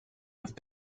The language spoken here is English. have